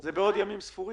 זה בעוד ימים ספורים.